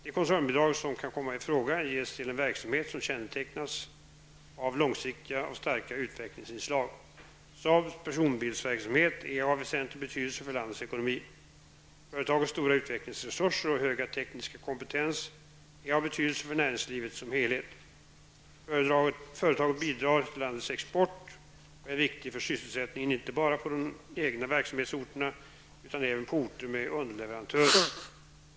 De koncernbidrag som kan komma i fråga ges till en verksamhet som kännetecknas av långsiktiga och starka utvecklingsinslag. Saabs personbilsverksamhet är av väsentlig betydelse för landets ekonomi. Företagets stora utvecklingsresurser och höga tekniska kompetens är av betydelse för näringslivet som helhet. Företaget bidrar till landets export och är viktig för sysselsättningen, inte bara på de egna verksamhetsorterna utan även på orter med underleverantörer.